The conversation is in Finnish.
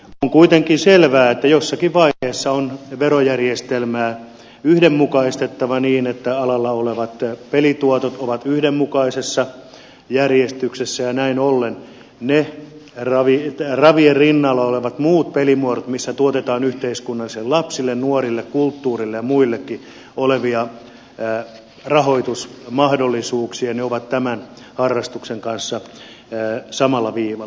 on kuitenkin selvää että jossakin vaiheessa on verojärjestelmää yhdenmukaistettava niin että alalla olevat pelituotot ovat yhdenmukaisessa järjestyksessä ja näin ollen ne ravien rinnalla olevat muut pelimuodot missä tuotetaan yhteiskuntaan lapsille nuorille kulttuurille ja muillekin rahoitusmahdollisuuksia ovat tämän harrastuksen kanssa samalla viivalla